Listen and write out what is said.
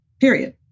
Period